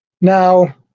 Now